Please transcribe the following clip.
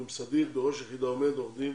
בראש היחידה עומד עורך דין